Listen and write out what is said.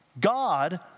God